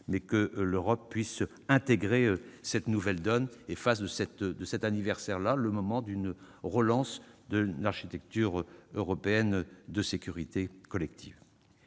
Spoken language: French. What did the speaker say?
que l'Europe puisse intégrer cette nouvelle donne et fasse de cet anniversaire le moment d'une relance de l'architecture européenne de sécurité collective.